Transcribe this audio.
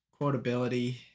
Quotability